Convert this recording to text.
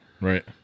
Right